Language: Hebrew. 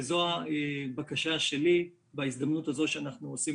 זו הבקשה שלי בהזדמנות הזו שאנחנו עושים